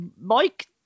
Mike